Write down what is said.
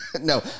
No